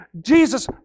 Jesus